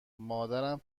مادرم